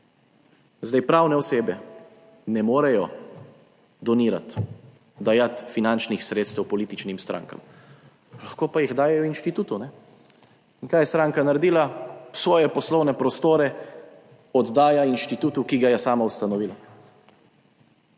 Pravne osebe ne morejo donirati, dajati finančnih sredstev političnim strankam, lahko pa jih dajejo inštitutu. In kaj je stranka naredila? Svoje poslovne prostore oddaja inštitutu, ki ga je sama ustanovila.